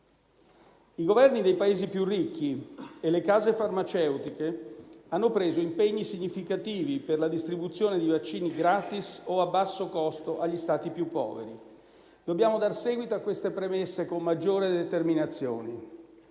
I Governi dei Paesi più ricchi e le case farmaceutiche hanno preso impegni significativi per la distribuzione di vaccini gratis o a basso costo agli Stati più poveri. Dobbiamo dare seguito a queste promesse con maggiore determinazione.